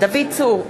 דוד צור,